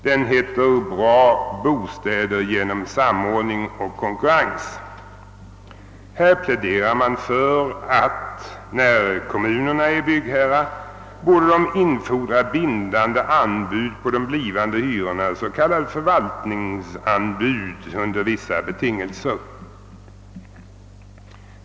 Den heter »Bra bostäder genom samordning och konkurrens». Här pläderar man för att kommunerna som byggherrar borde infordra bindande anbud på de blivande hyrorna, s.k. förvaltningsanbud under vissa betingelser.